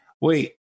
Wait